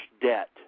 debt